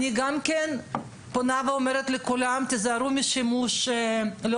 אני פונה ואומרת לכולם שתיזהרו משימוש לא